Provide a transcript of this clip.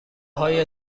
های